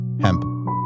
hemp